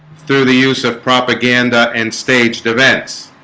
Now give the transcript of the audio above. through the use of propaganda and staged events